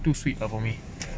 too sweet lah for me